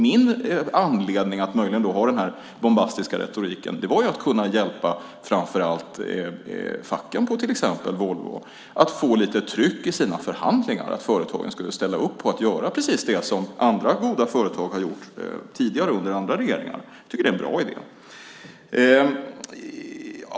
Min anledning till att använda denna bombastiska retorik var att kunna hjälpa framför allt facken på till exempel Volvo att få lite tryck i sina förhandlingar så att företagen skulle ställa upp på att göra precis det som andra goda företag har gjort tidigare under andra regeringar. Jag tycker det är en bra idé.